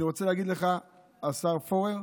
אני רוצה להגיד לך, השר פורר,